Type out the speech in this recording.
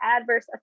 adverse